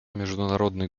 международный